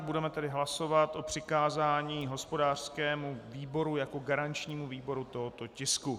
Budeme tedy hlasovat o přikázání hospodářskému výboru jako garančnímu výboru tohoto tisku.